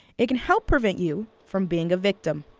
it can help prevent you from being a victim.